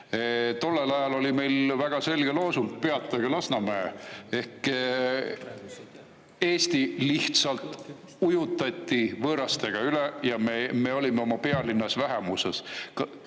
Tollel ajal oli meil väga selge loosung: "Peatage Lasnamäe!" Eesti lihtsalt ujutati võõrastega üle ja me olime oma pealinnas vähemuses.